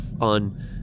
on